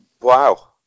wow